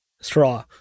Straw